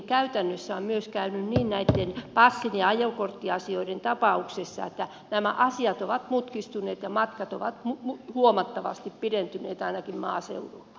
käytännössä on käynyt myös niin näitten passi ja ajokorttiasioiden tapauksessa että nämä asiat ovat mutkistuneet ja matkat ovat huomattavasti pidentyneet ainakin maaseudulla